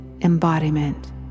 embodiment